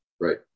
right